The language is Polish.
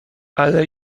ale